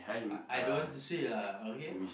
I I don't want to say lah okay